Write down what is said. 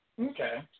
Okay